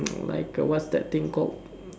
like what's that thing called